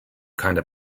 kinda